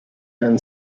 and